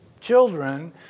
children